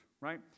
right